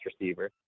receiver